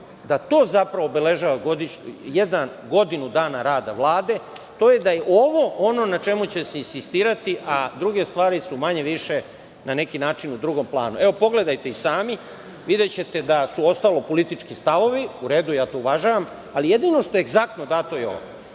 da to, zapravo, obeležava godinu dana rada Vlade, to je da je ovo ono na čemu će se insistirati, a druge stvari su manje-više na neki način u drugom planu. Evo, pogledajte i sami, videćete da su ostalo politički stavovi. U redu, ja to uvažavam, ali jedino što je egzaktno dato je ovo. Ako